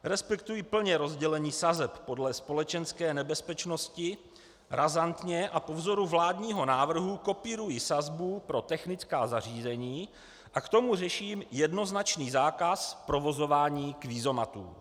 Respektuji plně rozdělení sazeb podle společenské nebezpečnosti, razantně a po vzoru vládního návrhu kopíruji sazbu pro technická zařízení a k tomu řeším jednoznačný zákaz provozování kvízomatů.